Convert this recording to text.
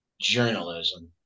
journalism